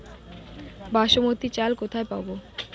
বাসমতী চাল কোথায় পাবো?